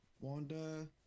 Wanda